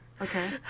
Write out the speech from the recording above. Okay